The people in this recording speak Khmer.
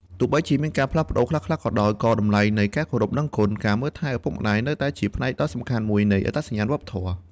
ទោះបីជាមានការផ្លាស់ប្តូរខ្លះៗក៏ដោយ ក៏តម្លៃនៃការគោរពដឹងគុណ និងការមើលថែឪពុកម្តាយនៅតែជាផ្នែកដ៏សំខាន់មួយនៃអត្តសញ្ញាណវប្បធម៌ខ្មែរ។